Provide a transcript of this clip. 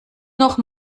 noch